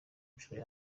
nshuro